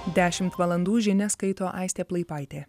dešimt valandų žinias skaito aistė plaipaitė